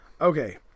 Okay